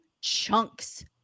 chunks